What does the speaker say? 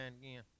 again